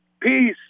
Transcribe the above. Peace